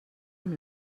amb